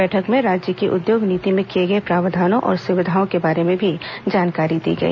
बैठक में राज्य की उद्योग नीति में किए गए प्रावधानों और सुविधाओं के बारे में भी जानकारी दी गई